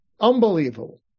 Unbelievable